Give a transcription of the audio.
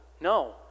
no